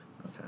Okay